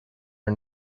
are